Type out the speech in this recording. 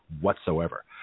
whatsoever